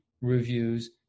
reviews